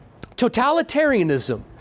Totalitarianism